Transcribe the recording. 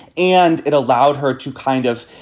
and it allowed her to kind of